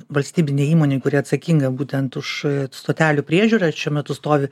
valstybinei įmonei kuri atsakinga būtent už stotelių priežiūrą šiuo metu stovi